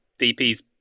DPs